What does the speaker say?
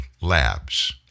Labs